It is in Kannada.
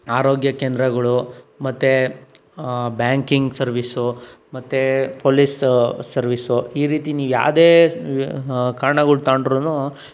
ಆರೋಗ್ಯ ಕೇಂದ್ರಗಳು ಮತ್ತೆ ಬ್ಯಾಂಕಿಂಗ್ ಸರ್ವಿಸ್ ಮತ್ತೆ ಪೋಲಿಸ್ ಸರ್ವಿಸ್ ಈ ರೀತಿ ನೀವು ಯಾವುದೇ ಕಾರಣಗಳು ತಗೊಂಡ್ರುನೂ